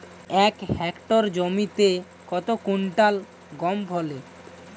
এক হেক্টর জমিতে কত কুইন্টাল গম ফলে?